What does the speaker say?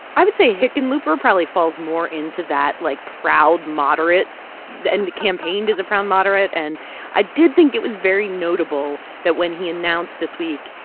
i would say hickenlooper probably falls more into that, like, proud moderate and campaigned as a proud moderate. and i did think it was very notable that when he announced this week,